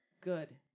Good